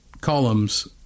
columns